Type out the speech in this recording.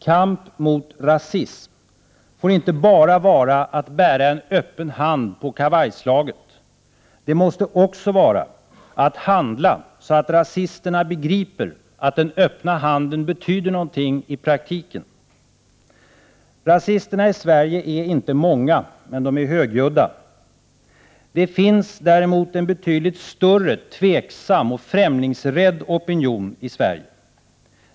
Kamp mot rasism får inte bara vara att bära en öppen hand på kavajslaget. Det måste också vara att handla så att rasisterna begriper att den öppna 61 handeln betyder något i praktiken. Rasisterna i Sverige är inte många, men de är högljudda. Det finns däremot en betydligt större tveksam och främlingsrädd opinion i Sverige.